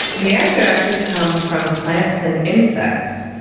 the answer actually comes from plants and insects.